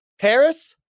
Paris